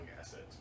assets